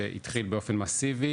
שהתחיל באופן מסיבי